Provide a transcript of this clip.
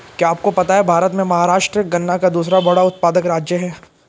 क्या आपको पता है भारत में महाराष्ट्र गन्ना का दूसरा बड़ा उत्पादक राज्य है?